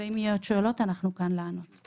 על פי תאוריית הצרכים של מאסלו שאתם מלמדים את המורים,